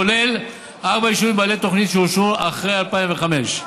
כולל ארבעה יישובים בעלי תוכנית שאושרו אחרי 2005,